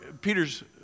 Peter's